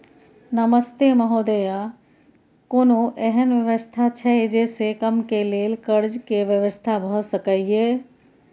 नमस्ते महोदय, कोनो एहन व्यवस्था छै जे से कम के लेल कर्ज के व्यवस्था भ सके ये?